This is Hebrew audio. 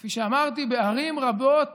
כפי שאמרתי, בערים רבות